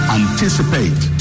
anticipate